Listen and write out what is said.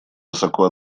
высоко